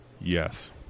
Yes